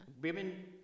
Women